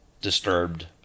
disturbed